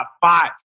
five